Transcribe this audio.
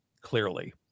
clearly